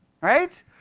right